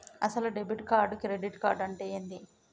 అసలు debit card credit card అంటే ఏంది?